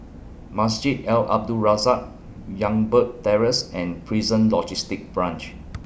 Masjid Al Abdul Razak Youngberg Terrace and Prison Logistic Branch